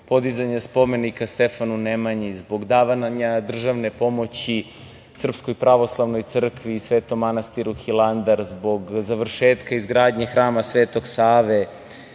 podizanja spomenika Stefanu Nemanji, zbog davanja državne pomoći SPC i Svetom manastiru Hilandar, zbog završetka izgradnje hrama Svetog Save